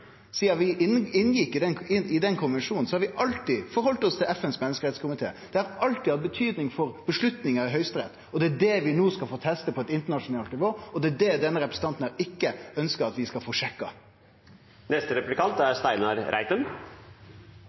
Sidan vi inngjekk i den konvensjonen, har vi alltid retta oss etter FNs menneskerettskomité. Han har alltid hatt betydning for avgjerder i Høgsterett, det er det vi no skal få testa på eit internasjonalt nivå, og det er det denne representanten ikkje ønskjer at vi skal få sjekka. Det å være stortingsrepresentant medfører et tungt ansvar, noen ganger så tungt at det er